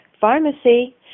pharmacy